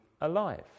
alive